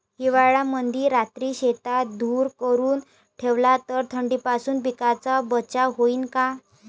हिवाळ्यामंदी रात्री शेतात धुर करून ठेवला तर थंडीपासून पिकाचा बचाव होईन का?